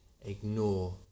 ignore